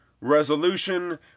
resolution